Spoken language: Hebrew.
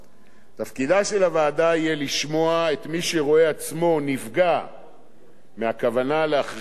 תפקידה של הוועדה יהיה לשמוע את מי שרואה עצמו נפגע מהכוונה להכריז עליו